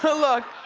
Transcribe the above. ah look